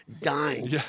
dying